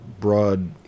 broad